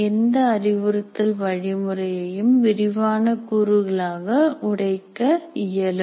எந்த அறிவுறுத்தல் வழிமுறையையும் விரிவான கூறுகளாக உடைக்க இயலும்